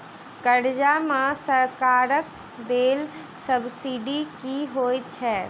कर्जा मे सरकारक देल सब्सिडी की होइत छैक?